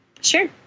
sure